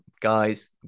Guys